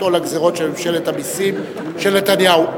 עול הגזירות של ממשלת המסים של נתניהו.